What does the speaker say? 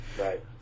Right